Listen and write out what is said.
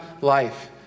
life